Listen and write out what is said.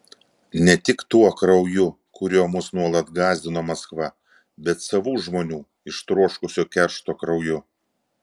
ne tik tuo krauju kuriuo mus nuolat gąsdino maskva bet savų žmonių ištroškusių keršto krauju